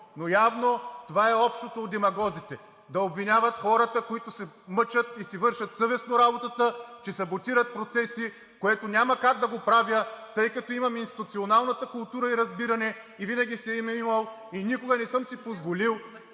Но явно това е общото у демагозите – да обвиняват хората, които се мъчат и си вършат съвестно работата, че саботират процеси, което няма как да го правя, тъй като имам институционалната култура и разбиране – и винаги съм я имал, и никога не съм си позволил